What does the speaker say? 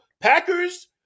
Packers